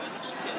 בטח שכן.